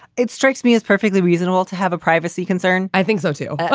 it strikes me as perfectly reasonable to have a privacy concern. i think so, too.